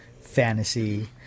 fantasy